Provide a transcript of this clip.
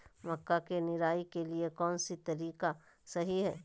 मक्का के निराई के लिए कौन सा तरीका सही है?